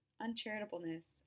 uncharitableness